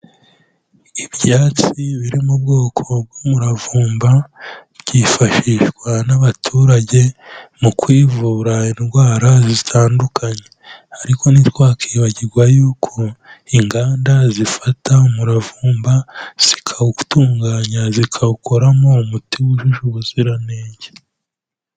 Ibyatsi biri mu bwoko bw'umuravumba, byifashishwa n'abaturage mu kwivura indwara zitandukanye, ariko ntitwakibagirwa yuko inganda zifata umuravumba zikawutunganya zikawukoramo umuti wujuje ubuziranenge.